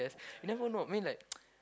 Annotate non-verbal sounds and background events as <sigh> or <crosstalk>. yes you never know I mean like <noise>